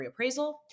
reappraisal